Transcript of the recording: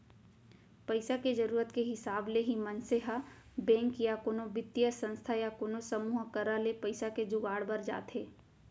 पइसा के जरुरत के हिसाब ले ही मनसे ह बेंक या कोनो बित्तीय संस्था या कोनो समूह करा ले पइसा के जुगाड़ बर जाथे